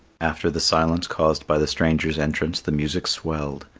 after the silence caused by the stranger's entrance the music swelled,